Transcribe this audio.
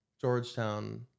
Georgetown